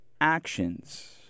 actions